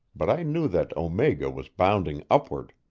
but i knew that omega was bounding upward.